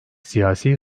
siyasi